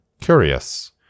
Curious